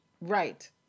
Right